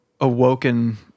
awoken